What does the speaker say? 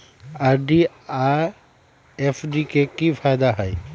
RD आ FD के कि फायदा हई?